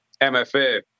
MFA